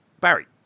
Barry